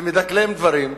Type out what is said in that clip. ומדקלם דברים.